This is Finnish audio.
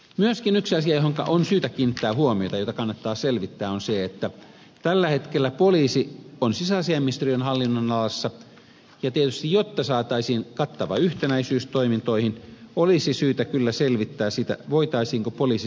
myöskin yksi asia johonka on syytä kiinnittää huomiota ja jota kannattaa selvittää on se että tällä hetkellä poliisi on sisäasiainministeriön hallinnonalalla ja tietysti jotta saataisiin kattava yhtenäisyys toimintoihin olisi syytä kyllä selvittää sitä voitaisiinko poliisi sijoittaa oikeusministeriöön